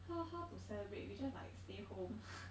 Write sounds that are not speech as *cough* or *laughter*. how how to celebrate we just like stay home *laughs*